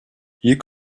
you